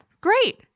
great